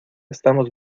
estamos